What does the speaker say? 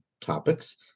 topics